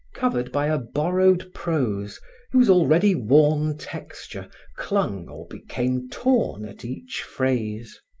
covered by a borrowed prose whose already worn texture clung or became torn at each phrase.